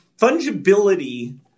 fungibility